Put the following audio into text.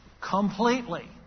Completely